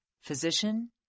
physician